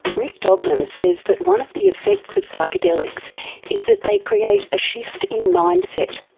rick doblin says that one of the effects of psychedelics is that they create a shift in mindset,